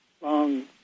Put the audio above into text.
long